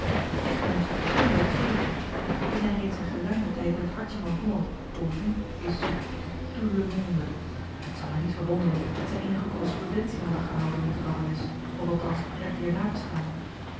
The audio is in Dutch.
de egmonds kunnen dat geven zij zijn reeds een geruimen tijd in t hartje van holland au vu et su de tout le monde het zou mij niet verwonderen dat zij eenige correspondentie hadden gehouden met de barones of althans met dier nabestaanden